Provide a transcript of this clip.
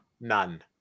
None